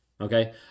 okay